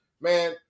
man